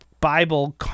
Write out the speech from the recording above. bible